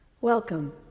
Welcome